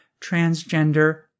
transgender